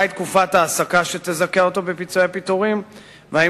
מהי תקופת ההעסקה שתזכה אותו בפיצויי הפיטורים ואם